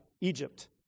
Egypt